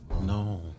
No